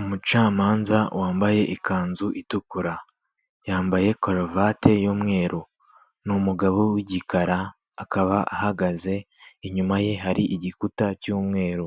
Umucamanza wambaye ikanzu itukura, yambaye karuvati y'umweru, ni umugabo w'igikara, akaba ahagaze, inyuma ye hari igikuta cy'umweru,